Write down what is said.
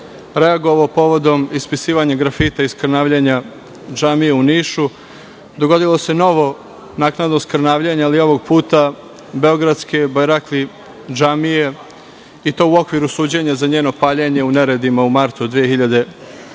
reagovao povodom ispisivanja grafita i skrnavljenja džamije u Nišu, dogodilo se novo naknadno skrnavljenje, ali ovog puta beogradske Bajrakli džamije i to u okviru suđenja za njeno paljenje u neredima u martu 2004.